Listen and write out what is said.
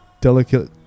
delicate